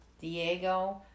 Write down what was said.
Diego